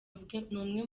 umwe